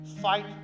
fight